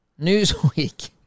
Newsweek